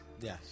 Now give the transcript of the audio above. Yes